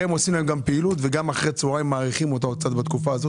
כי עושים להם פעילות ומאריכים אותה קצת אחרי הצוהריים,